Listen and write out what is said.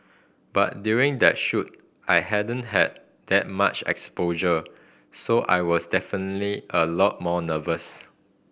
but during that shoot I hadn't had that much exposure so I was definitely a lot more nervous